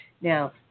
Now